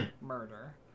murder